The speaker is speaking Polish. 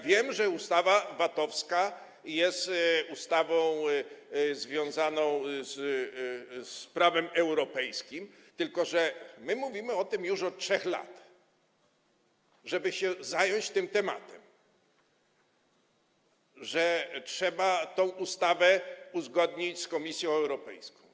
Wiem, że ustawa VAT-owska jest ustawą związaną z prawem europejskim, tylko że my już od 3 lat mówimy, żeby się zająć tym tematem, że trzeba tę ustawę uzgodnić z Komisją Europejską.